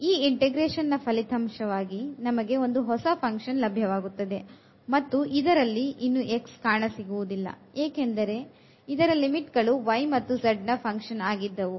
ಈ integration ನ ಫಲಿತಾಂಶವಾಗಿ ನಮಗೆ ಒಂದು ಹೊಸ ಫಂಕ್ಷನ್ ಲಭ್ಯವಾಗುತ್ತದೆ ಮತ್ತು ಇದರಲ್ಲಿ ಇನ್ನು x ಕಾಣಸಿಗುವುದಿಲ್ಲ ಏಕೆಂದರೆ ಇದರ ಲಿಮಿಟ್ ಗಳು y ಮತ್ತು z ನ ಫಂಕ್ಷನ್ ಆಗಿದ್ದವು